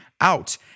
out